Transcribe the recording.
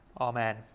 Amen